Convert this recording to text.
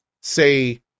say